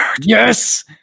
Yes